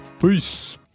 Peace